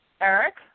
Eric